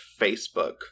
facebook